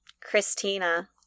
Christina